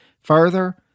Further